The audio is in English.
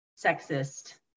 sexist